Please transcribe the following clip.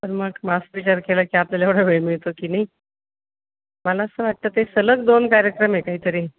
तर मग मग असाच विचार केला की आपल्याला एवढा वेळ मिळतो आहे की नाही मला असं वाटतं ते सलग दोन कार्यक्रम आहे काहीतरी